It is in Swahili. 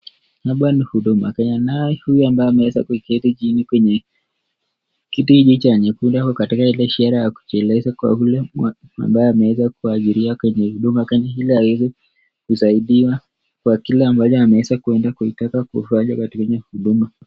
hapa ni huduma Kenya naye huyu ambaye ameweza kuketi chini kwenye kiti hiki cha nyeundu ako katika ile ishara ya kujieleza kwa yule ambaye ameweza kuajiriwa kwenye huduma Kenya ili aweze kusaidiwa kwa kile ambacho ameweza kuenda kutaka kufanya katika huduma.